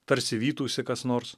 tarsi vytųsi kas nors